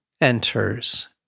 enters